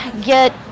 get